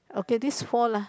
okay these four lah